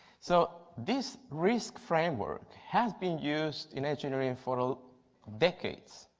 so this risk framework has been used in engineering and for decades.